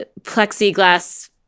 plexiglass